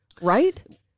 right